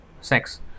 sex